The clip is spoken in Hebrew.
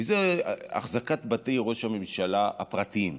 וזו אחזקת בתי ראש הממשלה הפרטיים.